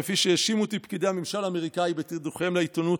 כפי שהאשימו אותי פקידי הממשל האמריקאי בתדרוכים לעיתונות,